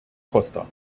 costa